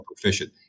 proficient